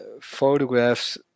photographs